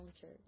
Church